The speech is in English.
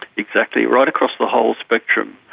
exactly, right across the whole spectrum.